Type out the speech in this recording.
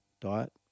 diet